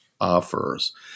offers